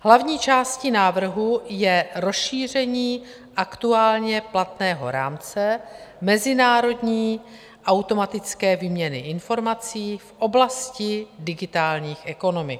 Hlavní částí návrhu je rozšíření aktuálně platného rámce mezinárodní automatické výměny informací v oblasti digitálních ekonomik.